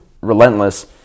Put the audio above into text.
relentless